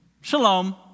Shalom